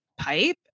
pipe